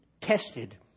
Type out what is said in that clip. tested